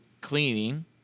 cleaning